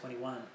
21